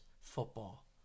football